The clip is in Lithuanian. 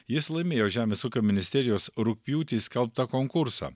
jis laimėjo žemės ūkio ministerijos rugpjūtį skelbtą konkursą